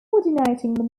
ordinating